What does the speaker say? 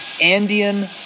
Andean